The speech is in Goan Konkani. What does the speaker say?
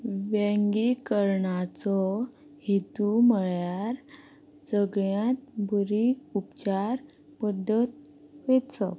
वर्गीकरणाचो हेतू म्हळ्यार सगळ्यांत बरी उपचार पद्दत वेंचप